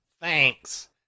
Thanks